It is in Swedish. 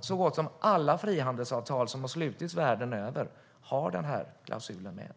Så gott som alla frihandelsavtal som har slutits världen över har den här klausulen med.